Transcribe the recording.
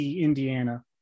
Indiana